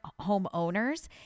homeowners